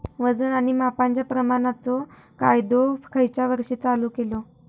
वजन आणि मापांच्या प्रमाणाचो कायदो खयच्या वर्षी चालू केलो?